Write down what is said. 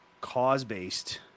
cause-based